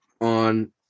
on